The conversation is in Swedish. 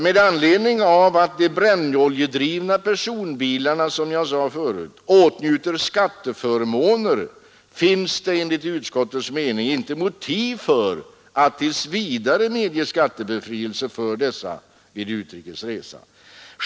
Med anledning av att de brännoljedrivna personbilarna som jag förut sade åtnjuter skatteförmåner, finns det enligt utskottets mening inte motiv för att tills vidare medge skattebefrielse för dessa vid utrikes resa.